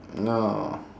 no